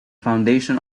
foundation